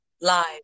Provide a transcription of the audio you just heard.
live